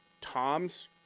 Tom's –